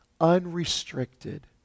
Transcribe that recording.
unrestricted